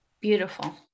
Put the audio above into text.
Beautiful